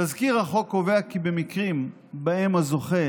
תזכיר החוק קובע כי במקרים שבהם הזוכה